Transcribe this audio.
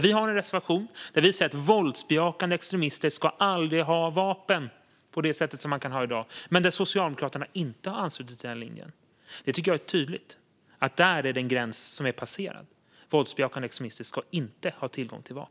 Vi har en reservation där vi säger att våldsbejakande extremister aldrig ska ha vapen på det sätt som de kan ha vapen i dag. Socialdemokraterna har inte anslutit till den linjen. Där tycker jag att det är tydligt att det är en gräns som är passerad. Våldsbejakande extremister ska inte ha tillgång till vapen.